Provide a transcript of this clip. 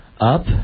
up